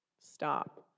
Stop